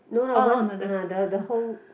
no lah one ah the the whole